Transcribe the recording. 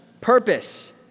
purpose